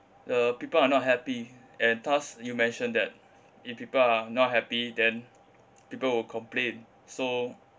uh people are not happy and thus you mentioned that if people are not happy then people will complain so